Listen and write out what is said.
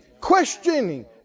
questioning